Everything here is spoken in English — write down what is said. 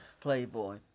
playboy